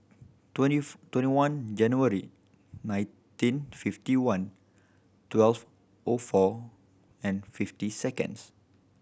twenty twenty one January nineteen fifty one twelve O four and fifty seconds